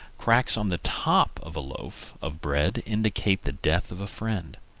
cracks on the top of a loaf of bread indicate the death of a friend.